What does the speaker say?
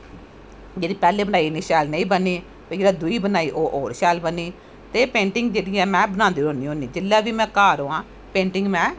जेह्ड़ी पैह्लैं बनाई जानी शैल नेंई बनैं ते जिसलै दूई बनाए ओह् होर होर शैल बनैं ते एह् पेंटिंग जेह्ड़ी ऐ में बनांदी रौह्नी होंनी जिसलै में घर होंआं में पेंटिंग